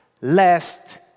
lest